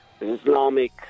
Islamic